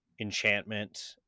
enchantment